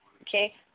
Okay